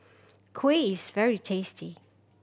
kuih is very tasty